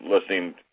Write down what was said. listening